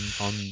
on